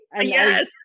Yes